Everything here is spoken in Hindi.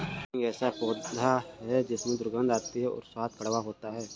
हींग एक ऐसा पौधा है जिसमें दुर्गंध आती है और स्वाद कड़वा होता है